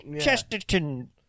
Chesterton